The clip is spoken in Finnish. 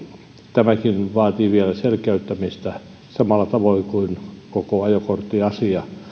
tämäkin vaatii vielä selkeyttämistä samalla tavoin kuin koko ajokorttiasia